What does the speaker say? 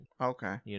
Okay